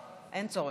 אין צורך.